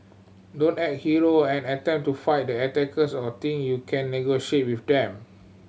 don't act hero and attempt to fight the attackers or think you can negotiate with them